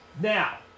now